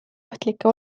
ohtlikke